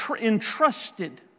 entrusted